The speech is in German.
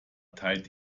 teilt